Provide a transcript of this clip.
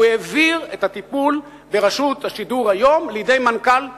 הוא העביר את הטיפול ברשות השידור היום לידי מנכ"ל משרדו,